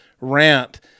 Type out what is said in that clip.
rant